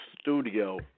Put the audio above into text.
studio